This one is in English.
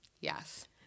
Yes